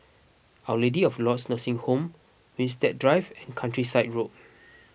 Our Lady of Lourdes Nursing Home Winstedt Drive and Countryside Road